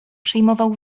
przyjmował